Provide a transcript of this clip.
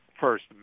first